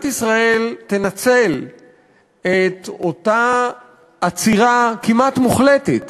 ישראל תנצל את אותה עצירה כמעט מוחלטת